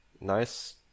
nice